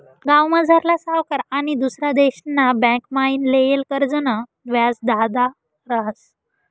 गावमझारला सावकार आनी दुसरा देशना बँकमाईन लेयेल कर्जनं व्याज जादा रहास